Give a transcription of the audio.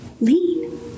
lean